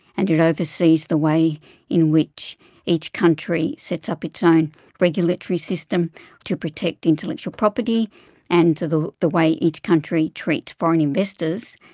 and it oversees the way in which each country sets up its own regulatory system to protect intellectual property and the the way each country treats foreign investors.